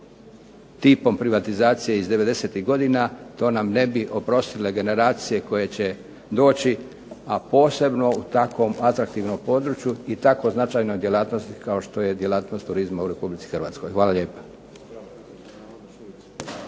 tipom privatizacije iz '90-tih godina, to nam ne bi oprostile generacije koje će doći, a posebno u takvom atraktivnom području i tako značajnoj djelatnosti kao što je djelatnost turizma u Republici Hrvatskoj. Hvala lijepa.